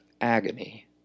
agony